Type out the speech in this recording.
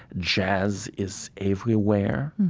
jazz is everywhere,